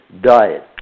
diet